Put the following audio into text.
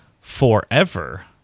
forever